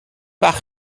bach